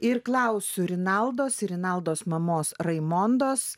ir klausiu rinaldos ir rinaldos mamos raimondos